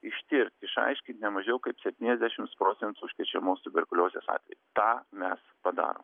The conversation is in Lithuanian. ištirt išaiškint ne mažiau kaip septyniasdešimts procentų užkrečiamos tuberkuliozės atvejų tą mes padarom